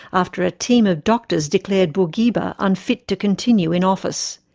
after a team of doctors declared bourguiba unfit to continue in office.